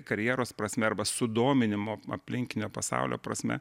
karjeros prasme arba sudominimo aplinkinio pasaulio prasme